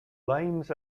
limes